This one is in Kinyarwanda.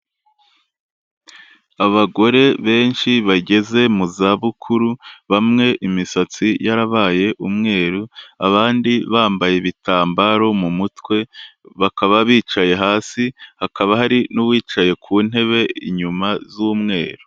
Abagore benshi bageze mu zabukuru, bamwe imisatsi yarabaye umweru, abandi bambaye ibitambaro mu mutwe, bakaba bicaye hasi, hakaba hari n'uwicaye ku ntebe inyuma z'umweru.